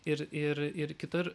ir ir ir kitur